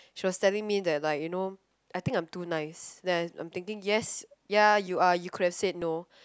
she was telling me that like you know I think I'm too nice then I I'm thinking yes ya you are you could have said no